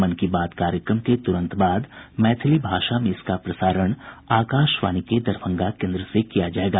मन की बात कार्यक्रम के तुरंत बाद मैथिली भाषा में इसका प्रसारण आकाशवाणी के दरभंगा केन्द्र से किया जायेगा